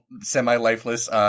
semi-lifeless